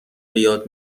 بیاد